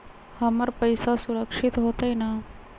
हमर पईसा सुरक्षित होतई न?